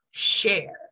share